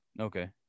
Okay